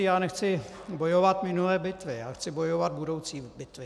Já nechci bojovat minulé bitvy, já chci bojovat budoucí bitvy.